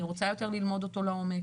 אני רוצה יותר ללמוד אותו לעומק,